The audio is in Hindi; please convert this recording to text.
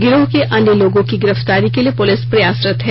गिरोह के अन्य लोगों की गिरफ्तारी के लिए पुलिस प्रयासरत है